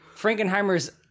Frankenheimer's